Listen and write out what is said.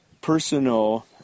personal